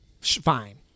fine